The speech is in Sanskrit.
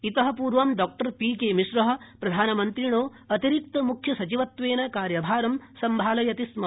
इत पूर्व डॉ पीके मिश्र प्रधानमन्त्रिणो अतिरिक्त मुख्य सचिवत्वेन कार्यभारं सम्भालयति स्म